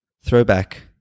throwback